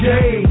Day